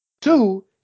Two